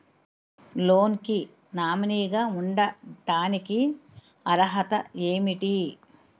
Loan కి nominee గా ఉండటానికి అర్హత ఏమిటి?